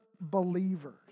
believers